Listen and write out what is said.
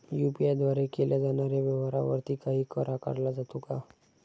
UPI द्वारे केल्या जाणाऱ्या व्यवहारावरती काही कर आकारला जातो का?